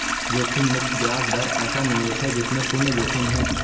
जोखिम मुक्त ब्याज दर ऐसा निवेश है जिसमें शुन्य जोखिम है